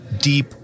deep